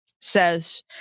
says